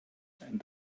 and